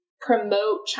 promote